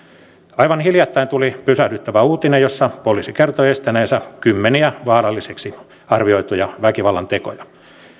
aivan hiljattain tuli pysähdyttävä uutinen jossa poliisi kertoi estäneensä kymmeniä vaaralliseksi arvioituja väkivallantekoja